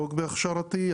ארכיאולוג בהכשרתי,